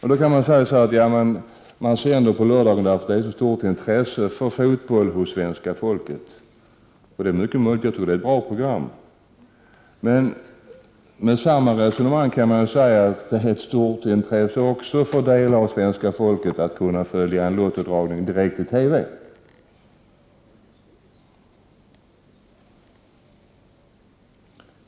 Man kan då säga att man sänder på lördagarna eftersom det finns ett så stort intresse för fotboll hos svenska folket. Det är mycket möjligt. Jag tror att det är ett bra program. Med samma resonemang kan man emellertid säga att det också är ett stort intresse hos delar av svenska folket att kunna följa en Lottodragning direkt i TV.